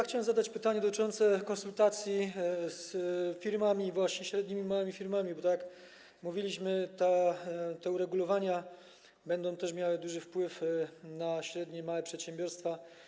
Chciałem zadać pytanie dotyczące konsultacji właśnie ze średnimi i małymi firmami, bo tak mówiliśmy, te uregulowania będą też miały duży wpływ na średnie i małe przedsiębiorstwa.